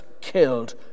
killed